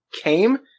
came